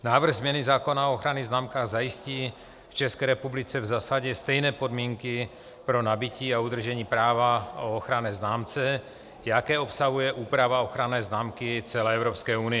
Návrh změny zákona o ochranných známkách zajistí České republice v zásadě stejné podmínky pro nabytí a udržení práva o ochranné známce, jaké obsahuje úprava ochranné známky celé Evropské unie.